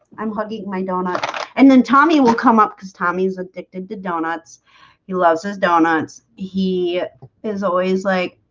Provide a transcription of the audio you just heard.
i'm hugging my doughnut and then tommy will come up because tommy's addicted to doughnuts he loves his doughnuts. he is always like